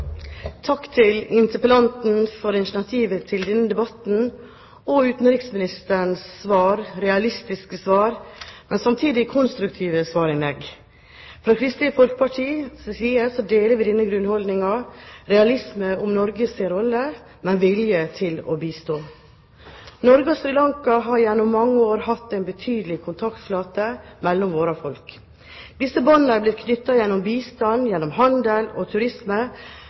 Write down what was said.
Takk til interpellanten for initiativet til denne debatten, og takk til utenriksministeren for hans realistiske, men samtidig konstruktive svarinnlegg. Fra Kristelig Folkepartis side deler vi denne grunnholdningen – realisme om Norges rolle, men vilje til å bistå. Norge og Sri Lanka har gjennom mange år hatt en betydelig kontaktflate mellom sine folk. Disse båndene er blitt knyttet gjennom bistand, gjennom handel og turisme,